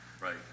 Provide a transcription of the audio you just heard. right